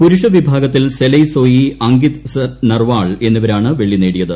പുരുഷ വിഭാഗത്തിൽ സെലയ് സോയി അങ്കിത് നർവാൾ എന്നിവരാണ് വെള്ളി നേടിയത്